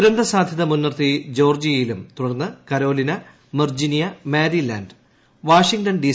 ദുരന്ത സാധ്യത മുൻനിർത്തി ജോർജിയയിലും തുടർന്ന് Carolina Virginia Maryland Washington D